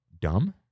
dumb